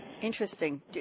Interesting